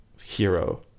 hero